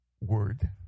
Word